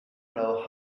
know